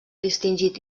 distingit